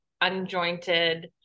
unjointed